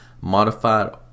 modified